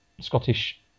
Scottish